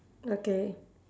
okay